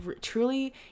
truly